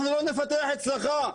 אנחנו לא נפתח אצלך,